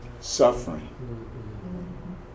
suffering